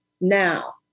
now